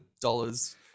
dollars